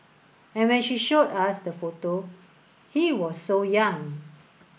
and when she showed us the photo he was so young